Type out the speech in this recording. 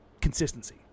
consistency